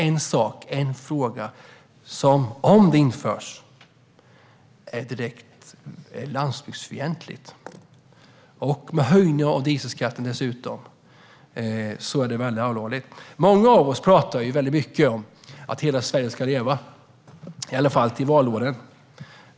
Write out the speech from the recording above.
Om kilometerskatten införs är det direkt landsbygdsfientligt. Med en höjning av dieselskatten också är det mycket allvarligt. Många av oss talar mycket om att hela Sverige ska leva, i alla fall under valåren.